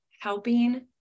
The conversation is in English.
helping